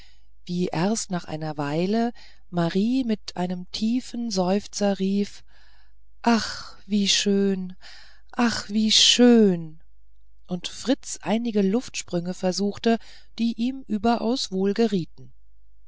wie erst nach einer weile marie mit einem tiefen seufzer rief ach wie schön ach wie schön und fritz einige luftsprünge versuchte die ihm überaus wohl gerieten